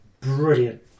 Brilliant